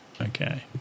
Okay